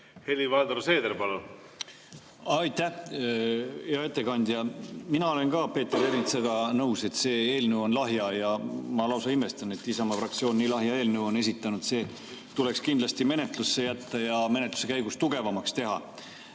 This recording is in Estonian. Helir-Valdor Seeder, palun! Aitäh, hea ettekandja! Mina olen Peeter Ernitsaga nõus, et see eelnõu on lahja. Ma lausa imestan, et Isamaa fraktsioon lahja eelnõu on esitanud. See tuleks kindlasti menetlusse jätta ja seda menetluse käigus tugevamaks teha. Mul